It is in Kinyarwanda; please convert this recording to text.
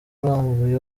urambuye